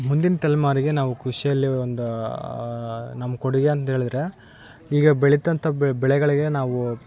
ಮುಂದಿನ ತಲೆಮಾರಿಗೆ ನಾವು ಕೃಷಿಯಲ್ಲಿ ಒಂದು ನಮ್ಮ ಕೊಡುಗೆ ಅಂತೇಳಿದ್ರೆ ಈಗ ಬೆಳಿತಂತ ಬೆಳೆಗಳಿಗೆ ನಾವು